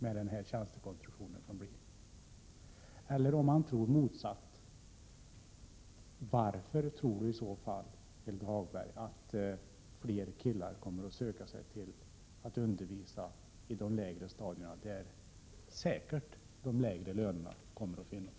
Eller om Helge Hagberg tänker sig motsatsen: Varför tror han att fler män kommer att vilja undervisa i de lägre årskurserna, där säkert de lägre lönerna kommer att finnas?